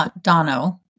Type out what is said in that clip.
Dono